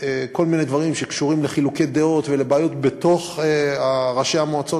כל מיני דברים שקשורים לחילוקי דעות ולבעיות בקרב ראשי המועצות.